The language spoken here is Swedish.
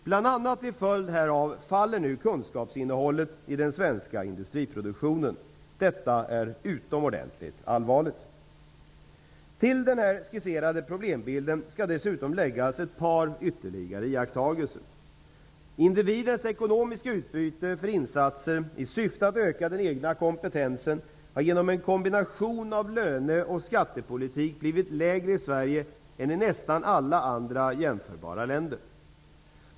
Till följd bl.a. härav faller nu kunskapsinnehållet i den svenska industriproduktionen. Detta är utomordentligt allvarligt. Till den här skisserade problembilden skall dessutom läggas ytterligare ett par iakttagelser. Individens ekonomiska utbyte för insatser i syfte att öka den egna kompetensen har genom en kombination av löne och skattepolitik blivit lägre i Sverige än i nästan alla andra jämförbara länder.